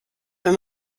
wenn